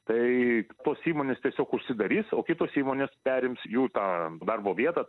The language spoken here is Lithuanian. tai tos įmonės tiesiog užsidarys o kitos įmonės perims jų tą darbo vietą